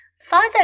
Father